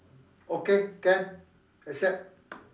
okay can accept